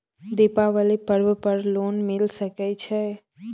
दीपावली पर्व पर लोन मिल सके छै?